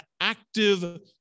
active